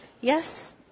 Yes